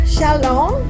Shalom